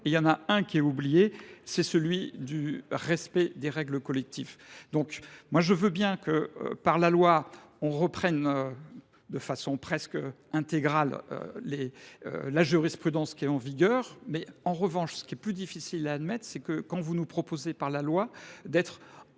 Il y en a un qui est oublié : le critère de respect des règles collectives. Je veux bien que, par la loi, on reprenne de façon presque intégrale la jurisprudence qui est en vigueur ; en revanche, ce qui est plus difficile à admettre, c’est que vous nous proposiez de placer cette